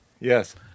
Yes